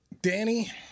Danny